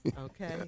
Okay